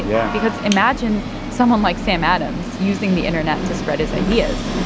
yeah because imagine someone like sam adams using the internet to spread his ideas.